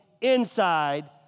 inside